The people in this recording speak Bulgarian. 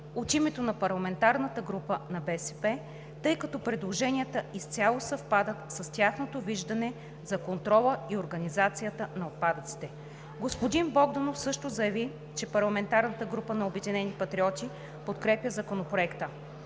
от името на Парламентарната група на БСП, тъй като предложенията изцяло съвпадат с тяхното виждане за контрола и организацията на отпадъците. Господин Богданов също заяви, че Парламентарната група на „Обединени патриоти“ подкрепя Законопроекта.